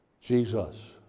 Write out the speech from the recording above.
Jesus